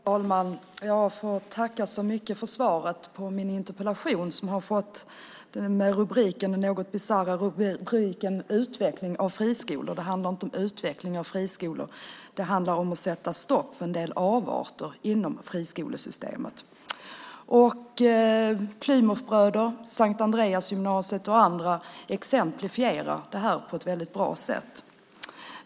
Herr talman! Jag tackar så mycket för svaret på min interpellation som har fått den något bisarra rubriken Utveckling av friskolor . Det handlar inte om utveckling av friskolor, utan det handlar om att sätta stopp för en del avarter inom friskolesystemet. Plymouthbröderna, Sankt Andreasgymnasiet och andra exemplifierar det här på ett bra sätt.